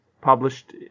published